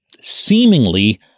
seemingly